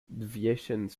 deviations